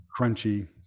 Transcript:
Crunchy